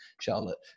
Charlotte